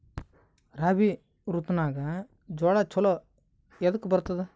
ರಾಬಿ ಋತುನಾಗ್ ಜೋಳ ಚಲೋ ಎದಕ ಬರತದ?